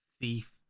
Thief